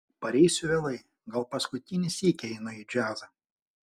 pareisiu vėlai gal paskutinį sykį einu į džiazą